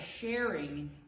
sharing